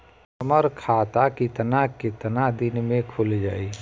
हमर खाता कितना केतना दिन में खुल जाई?